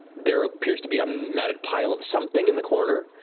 there appears to be a matted pile of something in the corner.